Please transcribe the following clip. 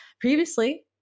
Previously